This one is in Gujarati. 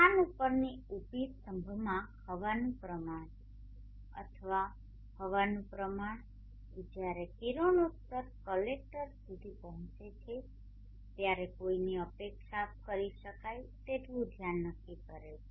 સ્થાન ઉપરની ઉlભી સ્તંભમાં હવાનું પ્રમાણ અથવા હવાનું પ્રમાણ એ જ્યારે કિરણોત્સર્ગ કલેક્ટર સુધી પહોંચે ત્યારે કોઈની અપેક્ષા કરી શકાય તેટલું ધ્યાન નક્કી કરે છે